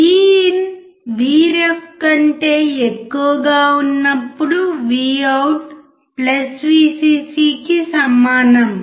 VIN Vref కంటే ఎక్కువగా ఉన్నప్పుడు VOUT VCC కి సమానం